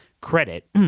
credit